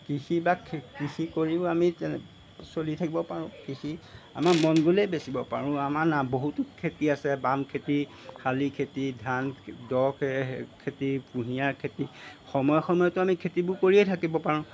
কৃষি বা কৃষি কৰিও আমি চলি থাকিব পাৰোঁ কৃষি আমাৰ মন গলেই বেচিব পাৰোঁ আমাৰ বহুতো খেতি আছে বাম খেতি শালি খেতি ধান দ খেতি কুঁহিয়াৰ খেতি সময়ে সময়েতো আমি খেতিবোৰ কৰিয়েই থাকিব পাৰোঁ